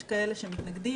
יש כאלה שמתנגדים,